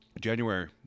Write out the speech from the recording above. January